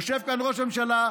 יושב כאן ראש הממשלה,